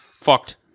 fucked